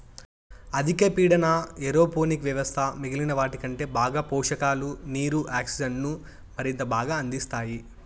అధిక పీడన ఏరోపోనిక్ వ్యవస్థ మిగిలిన వాటికంటే బాగా పోషకాలు, నీరు, ఆక్సిజన్ను మరింత బాగా అందిస్తాయి